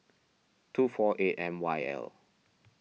two four eight M Y L